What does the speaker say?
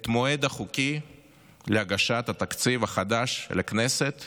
את המועד החוקי להגשת התקציב החדש לכנסת